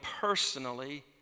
personally